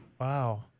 Wow